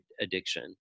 addiction